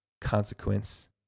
consequence